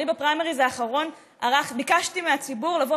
אני בפריימריז האחרון ביקשתי מהציבור לבוא